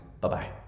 Bye-bye